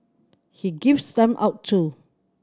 he gives them out too